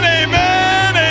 amen